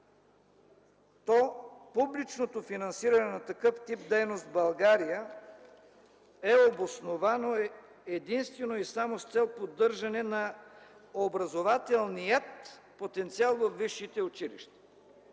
то публичното финансиране на такъв тип дейност в България е обосновано единствено и само с цел поддържане на образователният потенциал във висшите училища”.